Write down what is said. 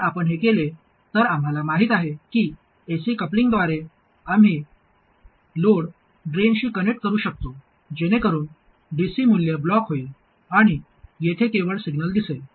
जर आपण हे केले तर आम्हाला माहित आहे की एसी कपलिंगद्वारे आम्ही लोड ड्रेनशी कनेक्ट करू शकतो जेणेकरुन डीसी मूल्य ब्लॉक होईल आणि येथे केवळ सिग्नल दिसेल